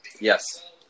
Yes